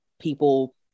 people